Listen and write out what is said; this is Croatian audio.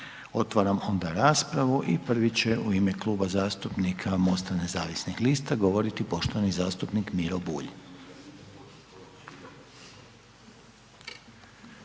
Otvaram onda raspravu i prvi će u ime Kluba zastupnika MOST-a nezavisnih lista govoriti poštovani zastupnik Miro Bulj.